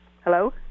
Hello